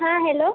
हा हॅलो